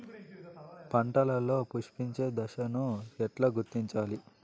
పంటలలో పుష్పించే దశను ఎట్లా గుర్తించాలి?